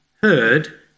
heard